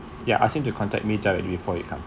ya ask him to contact me directly before he come